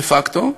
דה-פקטו.